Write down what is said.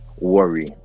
worry